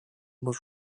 was